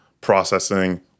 processing